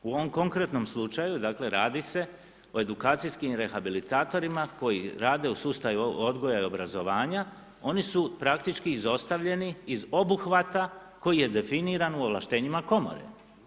U ovom konkretnom slučaju dakle radi se o edukacijskim rehabilitatorima koji rade u sustavu odgoja i obrazovanja oni su praktički izostavljeni iz obuhvata koji je definiran u ovlaštenjima komore.